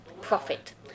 profit